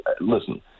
listen